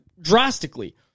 drastically